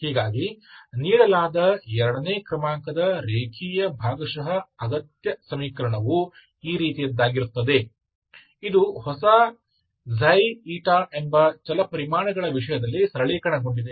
ಹೀಗಾಗಿ ನೀಡಲಾದ ಎರಡನೇ ಕ್ರಮಾಂಕದ ರೇಖೀಯ ಭಾಗಶಃ ಅಗತ್ಯ ಸಮೀಕರಣವು ಈ ರೀತಿಯಾಗುತ್ತದೆ ಇದು ಹೊಸ ಎಂಬ ಚಲಪರಿಮಾಣಗಳ ವಿಷಯದಲ್ಲಿ ಸರಳೀಕರಣಗೊಂಡಿದೆ